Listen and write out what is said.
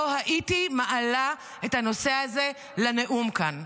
לא הייתי מעלה את הנושא הזה לנאום כאן.